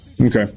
Okay